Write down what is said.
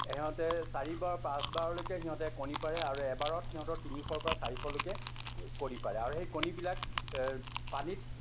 সিহঁতে চাৰিবাৰ পাঁচবাৰলৈকে সিহঁতে কণী পাৰে আৰু এবাৰত সিহঁতৰ তিনিশৰ পৰা চাৰিশলৈকে কণী পাৰে আৰু সেই কণীবিলাক পানীত